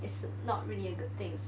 it's not really a good thing